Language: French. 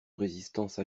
résistance